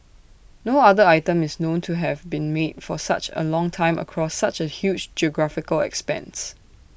no other item is known to have been made for such A long time across such A huge geographical expanse